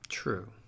True